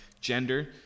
gender